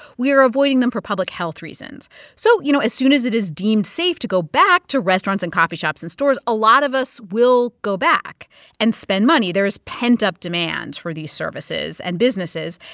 we are avoiding them for public health reasons. so, you know, as soon as it is deemed safe to go back to restaurants and coffee shops and stores, a lot of us will go back and spend money. there is pent-up demand for these services and businesses.